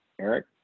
Eric